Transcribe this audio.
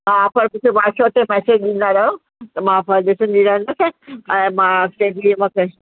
हा पर मूंखे वाट्सअप ते मैसिज ॾींदा रहो त मां मां ॾिसंदी रहंदसि ऐं मां अॻिते बि मूंखे